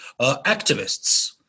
activists